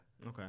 okay